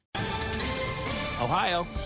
Ohio